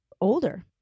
older